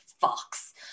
fox